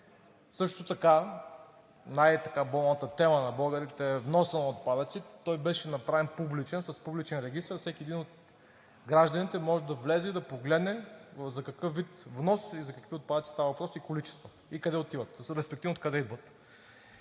Също така най-болната тема на българите е вносът на отпадъците. Той беше направен публичен, с публичен регистър – всеки един от гражданите може да влезе и да погледне за какъв вид внос и за какви отпадъци става въпрос и количества, и къде отиват, респективно откъде идват.